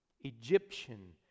egyptian